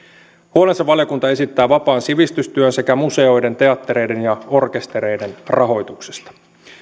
huolensa valiokunta esittää vapaan sivistystyön sekä museoiden teattereiden ja orkestereiden rahoituksesta